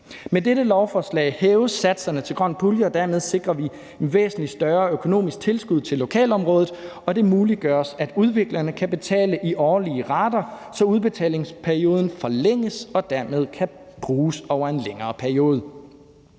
Med dette lovforslag hæves satserne til grøn pulje, og dermed sikrer vi et væsentlig større økonomisk tilskud til lokalområdet, og det muliggøres, at udviklerne kan betale i årlige rater, så udbetalingsperioden forlænges og dermed kan bruges over en længere periode.